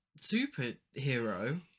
superhero